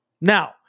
Now